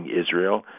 Israel